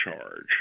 charge